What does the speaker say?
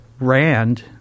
Rand